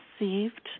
received